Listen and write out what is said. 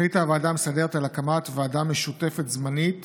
החליטה הוועדה המסדרת על הקמת ועדה משותפת זמנית